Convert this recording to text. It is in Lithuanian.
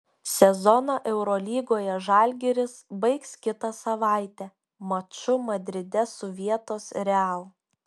sezoną eurolygoje žalgiris baigs kitą savaitę maču madride su vietos real